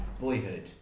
Boyhood